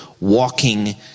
walking